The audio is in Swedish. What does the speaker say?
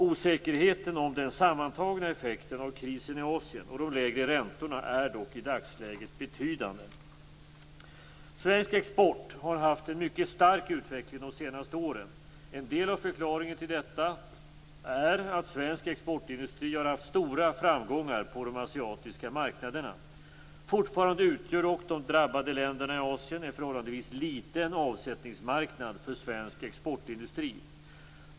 Osäkerheten om den sammantagna effekten av krisen i Asien och de lägre räntorna är dock i dagsläget betydande. Svensk export har haft en mycket stark utveckling de senaste åren. En del av förklaringen till detta är att svensk exportindustri har haft stora framgångar på de asiatiska marknaderna. Fortfarande utgör dock de drabbade länderna i Asien en förhållandevis liten avsättningsmarknad för svensk exportindustri.